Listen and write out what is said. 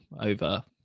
over